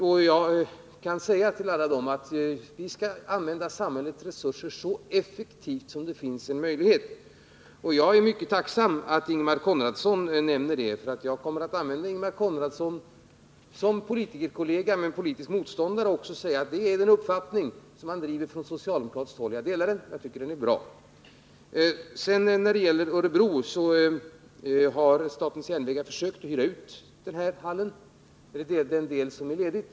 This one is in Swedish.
Ingemar Konradsson kan säga till alla berörda att vi skall använda samhällets resurser så effektivt som det finns en möjlighet till. Jag är mycket tacksam att Ingemar Konradsson nämner detta, för jag kommer att åberopa Ingemar Konradsson som politikerkollega men också som politisk motståndare och säga att det här är den uppfattning som man driver från socialdemokratiskt håll. Jag delar den, för jag tycker att den är bra. När det sedan gäller Örebro, så har statens järnvägar försökt hyra ut den del av verkstadshallen som blir ledig.